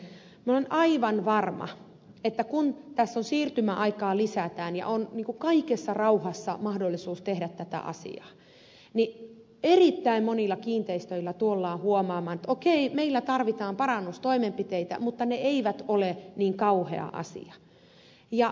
minä olen aivan varma että kun tässä siirtymäaikaa lisätään ja on kaikessa rauhassa mahdollisuus tehdä tätä asiaa niin erittäin monilla kiinteistöillä tullaan huomaamaan että okei meillä tarvitaan parannustoimenpiteitä mutta ne eivät ole niin kauhea asia